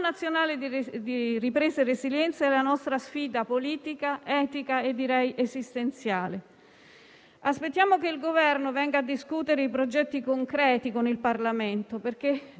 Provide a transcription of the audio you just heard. di ripresa e resilienza è la nostra sfida politica, etica e direi esistenziale. Aspettiamo che il Governo venga a discutere i progetti concreti con il Parlamento, perché